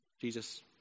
Jesus